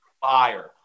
fire